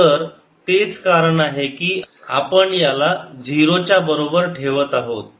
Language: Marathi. तर तेच कारण आहे की आपण याला 0 च्याबरोबर ठेवत आहोत